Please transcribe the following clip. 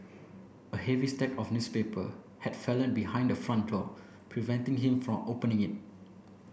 a heavy stack of newspaper had fallen behind the front door preventing him from opening it